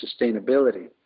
sustainability